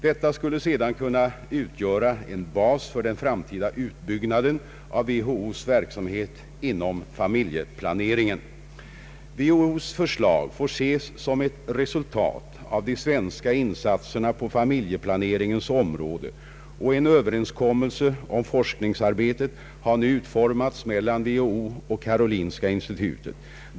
Detta skulle sedan kunna utgöra en bas för den framtida utbyggnaden av WHO:s verksamhet inom familjeplaneringen. WHO:s förslag får ses som ett resultat av de svenska insatserna på familjeplaneringens område, och en överenskommelse om forskningsarbetet har nu utformats mellan WHO och Karolinska institutet.